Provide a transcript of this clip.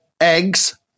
Eggs